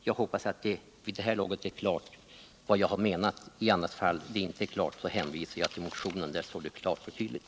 Jag hoppas att det vid det här laget står klart vad jag har menat. I annat fall hänvisar jag till motionen, där det framgår klart och tydligt.